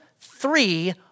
three